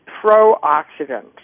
pro-oxidant